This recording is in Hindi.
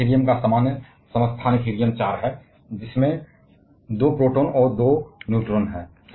बेशक हीलियम का सामान्य समस्थानिक हीलियम 4 है जिसमें 2 प्रोटॉन और 2 न्यूट्रॉन हैं